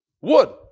wood